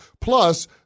Plus